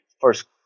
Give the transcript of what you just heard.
first